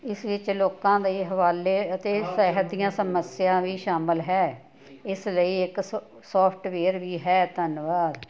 ਇਸ ਵਿੱਚ ਲੋਕਾਂ ਦੇ ਹਵਾਲੇ ਅਤੇ ਸਾਹਿਤ ਦੀ ਸਮੱਸਿਆ ਵੀ ਸ਼ਾਮਲ ਹੈ ਇਸ ਲਈ ਇੱਕ ਸ ਸੋਫਟਵੇਅਰ ਵੀ ਹੈ ਧੰਨਵਾਦ